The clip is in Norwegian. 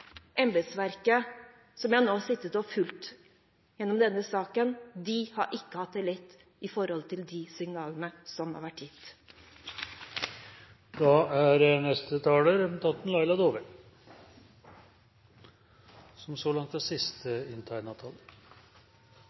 embetsverket, som jeg har sittet og fulgt gjennom denne saken. De har ikke hatt det lett på grunn av de signalene som har vært gitt. Jeg må bare si at jeg er